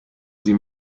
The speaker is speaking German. sie